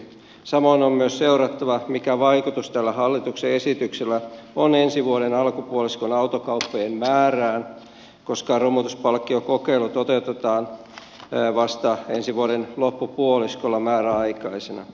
samoin on myös seurattava mikä vaikutus tällä hallituksen esityksellä on ensi vuoden alkupuoliskon autokauppojen määrään koska romutuspalkkiokokeilu toteutetaan vasta ensi vuoden loppupuoliskolla määräaikaisena